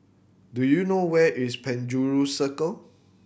do you know where is Penjuru Circle